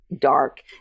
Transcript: dark